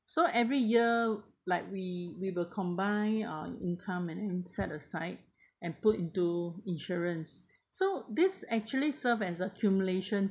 so every year like we we will combine uh income and set aside and put into insurance so this actually serve as accumulation